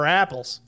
apples